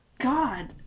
god-